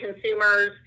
consumers